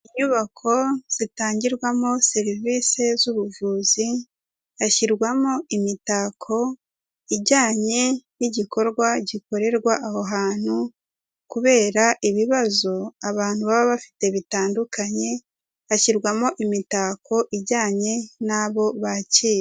Inyubako zitangirwamo serivise z'ubuvuzi, hashyirwamo imitako ijyanye n'igikorwa gikorerwa aho hantu, kubera ibibazo abantu baba bafite bitandukanye, hashyirwamo imitako ijyanye n'abo bakira.